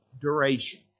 duration